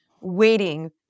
waiting